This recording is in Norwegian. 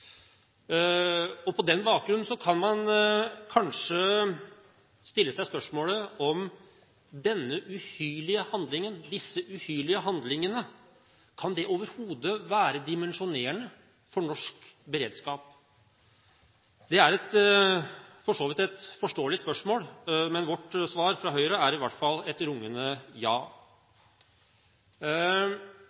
På denne bakgrunn kan man kanskje stille seg spørsmålet om disse uhyrlige handlingene overhodet kan være dimensjonerende for norsk beredskap. Det er for så vidt et forståelig spørsmål, men svaret fra oss i Høyre er i hvert fall et rungende ja.